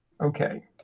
Okay